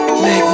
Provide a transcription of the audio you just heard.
Make